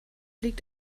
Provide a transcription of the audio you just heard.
liegt